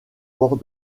bord